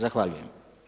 Zahvaljujem.